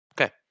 Okay